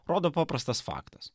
rodo paprastas faktas